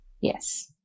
Yes